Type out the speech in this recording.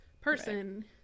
person